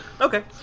Okay